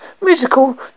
musical